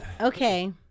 okay